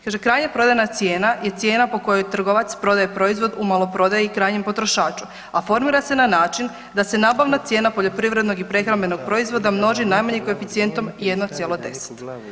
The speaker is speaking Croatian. Kaže, krajnja prodajna je cijena po kojoj trgovac prodaje proizvod u maloprodaji i krajnjem potrošaču, a formira se na način da se nabavna cijena poljoprivrednog i prehrambenog proizvoda množi najmanjim koeficijentom 1,10.